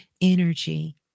energy